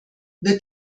wird